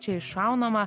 čia iššaunama